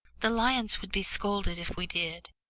the lions would be scolded if we did,